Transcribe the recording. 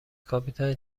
کاپیتان